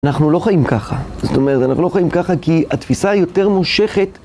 אנחנו לא חיים ככה, זאת אומרת, אנחנו לא חיים ככה כי התפיסה היותר מושכת